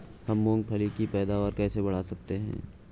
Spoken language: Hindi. हम मूंगफली की पैदावार कैसे बढ़ा सकते हैं?